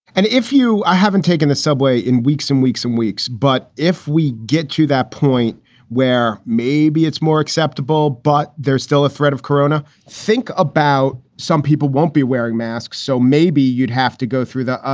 and if you ah haven't taken the subway in weeks and weeks and weeks. but if we get to that point where maybe it's more acceptable, but there's still a threat of corona. think about some people won't be wearing masks. so maybe you'd have to go through that,